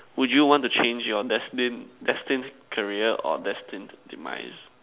would you want to want to change your destined destined career or your destined demise